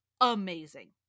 Amazing